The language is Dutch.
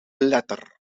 letter